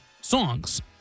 songs